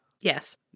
Yes